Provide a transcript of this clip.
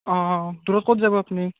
অ' দূৰত ক'ত যাব আপুনি